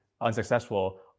unsuccessful